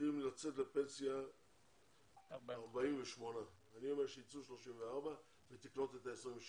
צריכים לצאת לפנסיה 48. אני אומר שייצאו 34 ותקלוט את ה-26.